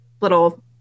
little